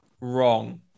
wrong